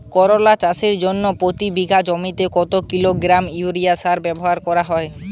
করলা চাষের জন্য প্রতি বিঘা জমিতে কত কিলোগ্রাম ইউরিয়া সার ব্যবহার করা হয়?